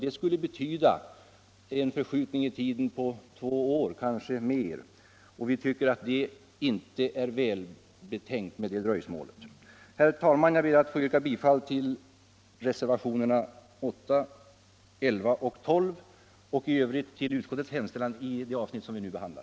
Det skulle betyda en förskjutning i tiden på två år, kanske mer, och vi tycker att det dröjsmålet inte vore välbetänkt. Herr talman! Jag ber att få yrka bifall till reservationerna 8, 11 och 12 och i övrigt till utskottets hemställan i det avsnitt vi nu behandlar.